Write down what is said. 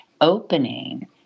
opening